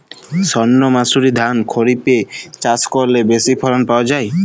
সর্ণমাসুরি ধান খরিপে চাষ করলে বেশি ফলন পাওয়া যায়?